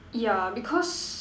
yeah because